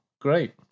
Great